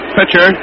Pitcher